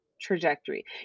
trajectory